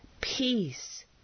peace